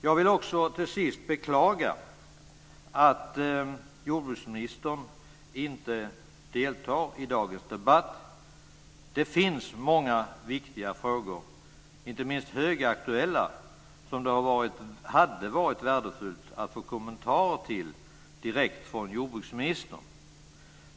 Jag vill till sist också beklaga att jordbruksministern inte deltar i dagens debatt. Det finns många viktiga frågor, inte minst högaktuella sådana, som det hade varit värdefullt att få kommentarer till direkt från jordbruksministern.